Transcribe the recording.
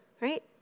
right